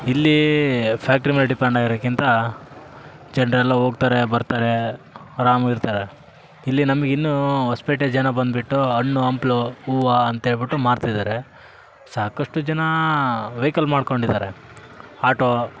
ಇಲ್ಲೀ ಫ್ಯಾಕ್ಟ್ರಿ ಮೇಲೆ ಡಿಪೆಂಡ್ ಆಗಿರೋಕ್ಕಿಂತ ಜನರೆಲ್ಲ ಹೋಗ್ತಾರೆ ಬರ್ತಾರೆ ಆರಾಮ್ ಇರ್ತಾರೆ ಇಲ್ಲಿ ನಮ್ಗೆ ಇನ್ನೂ ಹೊಸ್ಪೇಟೆ ಜನ ಬಂದ್ಬಿಟ್ಟು ಹಣ್ಣು ಹಂಪ್ಲು ಹೂವು ಅಂತೇಳ್ಬುಟ್ಟು ಮಾರ್ತಿದ್ದಾರೆ ಸಾಕಷ್ಟು ಜನ ವೈಕಲ್ ಮಾಡ್ಕೊಂಡಿದ್ದಾರೆ ಹಾಟೋ